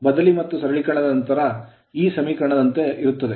ಬದಲಿ ಮತ್ತು ಸರಳೀಕರಣವಾದ ನಂತರexpression ಅಭಿವ್ಯಕ್ತಿ ಈ ಸಮೀಕರಣದಂತೆ ಇರುತ್ತದೆ